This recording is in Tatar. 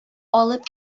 алып